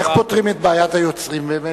איך פותרים את בעיית היוצרים באמת?